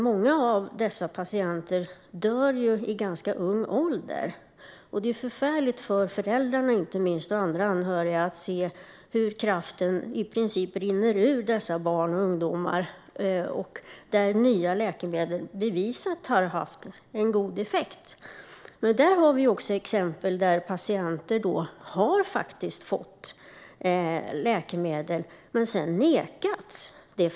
Många av dessa patienter dör ju vid ganska ung ålder, och det är förfärligt för föräldrar och andra anhöriga att se hur kraften i princip rinner ur dessa barn och ungdomar fast nya läkemedel har haft bevisat god effekt. Vi har också exempel där patienter faktiskt har fått läkemedel men sedan nekats.